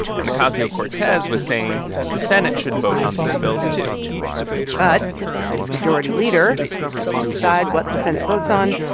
and ocasio-cortez was saying the senate should vote on these bills, too but the senate majority leader, who gets to decide what the senate votes on,